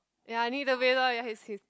ya I need to be tall ya his his